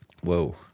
Whoa